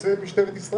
חוצה את משטרת ישראל.